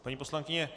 Paní poslankyně.